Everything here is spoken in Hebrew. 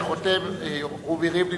אני חותם: רובי ריבלין,